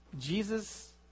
Jesus